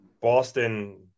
Boston